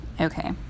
okay